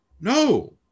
No